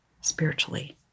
spiritually